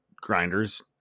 grinders